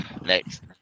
next